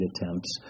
attempts